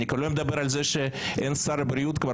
אני קורא גם לחברת הכנסת שטרית להצביע בעד